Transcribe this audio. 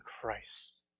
Christ